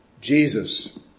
Jesus